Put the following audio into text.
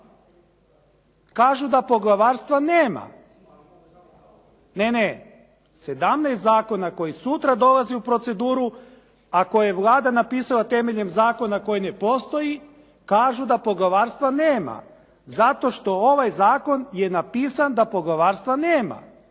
kažu da poglavarstva nema. Ne, ne. 17 zakona koji sutra dolazi u proceduru, a koje je Vlada napisala temeljem zakona koji ne postoji kažu da poglavarstva nema zato što ovaj zakon je napisan da poglavarstva nema.